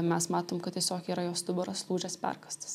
mes matom kad tiesiog yra jo stuburas lūžęs perkąstas